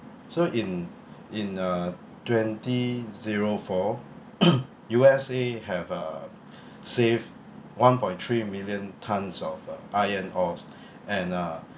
so in in uh twenty zero four U_S_A have uh save one point three million tons of uh iron ores and uh